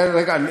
רגע.